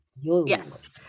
yes